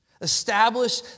Establish